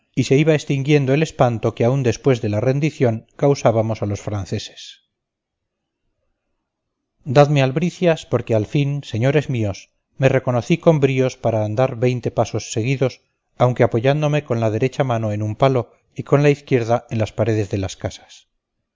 y se iba extinguiendo el espanto que aun después de la rendición causábamos a los franceses dadme albricias porque al fin señores míos me reconocí con bríos para andar veinte pasos seguidos aunque apoyándome con la derecha mano en un palo y con la izquierda en las paredes de las casas